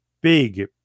big